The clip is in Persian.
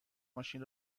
ماشین